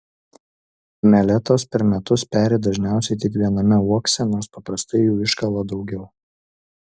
meletos per metus peri dažniausiai tik viename uokse nors paprastai jų iškala daugiau